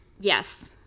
Yes